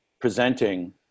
presenting